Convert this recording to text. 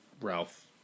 Ralph